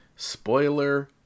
spoiler